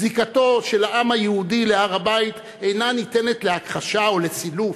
זיקתו של העם היהודי להר-הבית אינה ניתנת להכחשה או לסילוף.